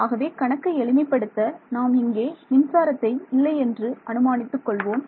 ஆகவே கணக்கை எளிமைப்படுத்த நாம் இங்கே மின்சாரத்தை இல்லை என்று அனுமானித்துக் கொள்வோம்